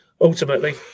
ultimately